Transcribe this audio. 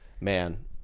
man